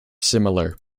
similar